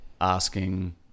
asking